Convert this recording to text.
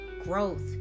Growth